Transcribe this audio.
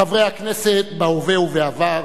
חברי הכנסת בהווה ובעבר,